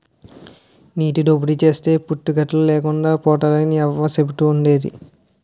నీటి దోపిడీ చేస్తే పుట్టగతులు లేకుండా పోతారని అవ్వ సెబుతుండేదిరా